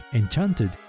enchanted